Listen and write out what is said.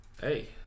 Hey